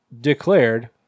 declared